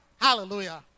Hallelujah